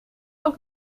ook